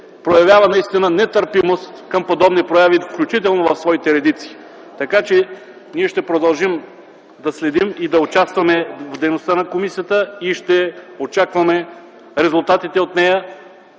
проявява наистина нетърпимост към подобни прояви, включително и в своите редици. Ще продължим да следим и да участваме в дейността на комисията и ще очакваме резултатите от нея